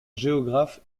géographe